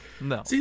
No